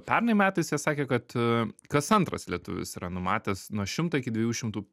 pernai metais jie sakė kad kas antras lietuvis yra numatęs nuo šimto iki dviejų šimtų